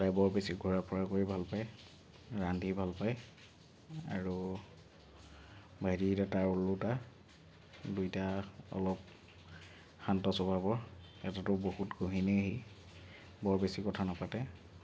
তাই বৰ বেছি ঘূৰা ফুৰা কৰি ভাল পায় ৰান্ধি ভাল পায় আৰু ভাইটিগিটা তাৰ ওলোটা দুইটা অলপ শান্ত স্বভাৱৰ এটাতো বহুত গহীনেই বৰ বেছি কথা নাপাতে